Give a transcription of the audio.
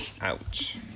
Ouch